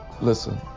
Listen